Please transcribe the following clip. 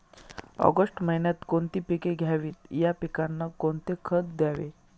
August महिन्यात कोणती पिके घ्यावीत? या पिकांना कोणते खत द्यावे?